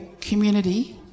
community